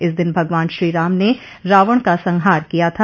इस दिन भगवान श्रीराम ने रावण का संहार किया था